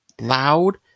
loud